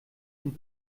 und